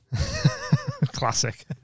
Classic